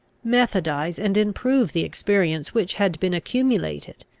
methodise and improve the experience which had been accumulated,